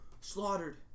Slaughtered